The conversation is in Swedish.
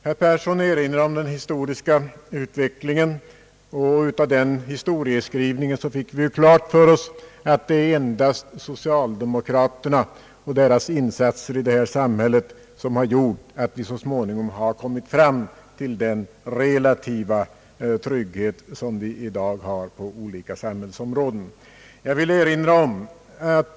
Herr Persson erinrade om den historiska utvecklingen, och av den historieskrivningen fick vi klart för oss att det endast är tack vare socialdemokraterna och deras insatser i samhället som vi så småningom har fått den relativa trygghet som vi i dag har på olika samhällsområden.